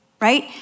right